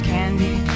Candy